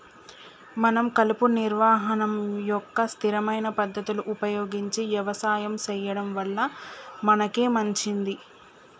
మనం కలుపు నిర్వహణ యొక్క స్థిరమైన పద్ధతులు ఉపయోగించి యవసాయం సెయ్యడం వల్ల మనకే మంచింది